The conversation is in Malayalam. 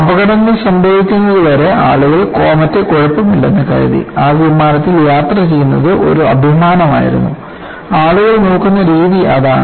അപകടങ്ങൾ സംഭവിക്കുന്നതുവരെ ആളുകൾ കോമറ്റ് കുഴപ്പമില്ലെന്ന് കരുതി ആ വിമാനത്തിൽ യാത്ര ചെയ്യുന്നത് ഒരു അഭിമാനമായിരുന്നു ആളുകൾ നോക്കുന്ന രീതി അതാണ്